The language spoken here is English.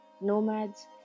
nomads